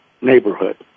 neighborhood